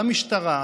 על המשטרה,